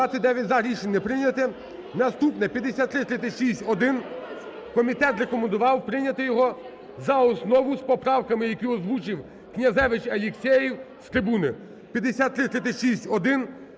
За-29 Рішення не прийняте. Наступне – 5336-1. Комітет рекомендував прийняти його за основу з поправками, які озвучив Князевич, Алєксєєв з трибуни. 5336-1